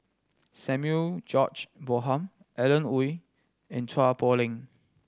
Samuel George Bonham Alan Oei and Chua Poh Leng